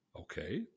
Okay